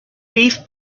thief